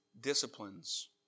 disciplines